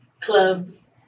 clubs